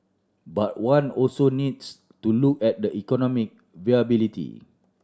but one also needs to look at the economic viability